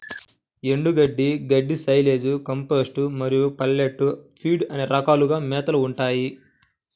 ఎండుగడ్డి, గడ్డి, silage, compressed మరియు పెల్లెట్ ఫీడ్లు అనే రకాలుగా మేతలు ఉంటాయి